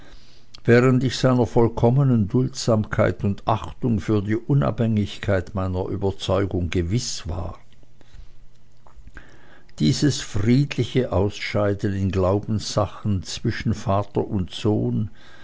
während ich seiner vollkommenen duldsamkeit und achtung für die unabhängigkeit meiner überzeugung gewiß war dieses friedliche ausscheiden in glaubenssachen zwischen vater und sohn